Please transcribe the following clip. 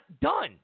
done